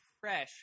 fresh